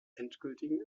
endgültigen